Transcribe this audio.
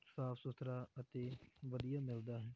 ਸਾਫ ਸੁਥਰਾ ਅਤੇ ਵਧੀਆ ਮਿਲਦਾ ਹੈ